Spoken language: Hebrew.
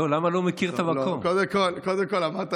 למה לא מכיר את המקום?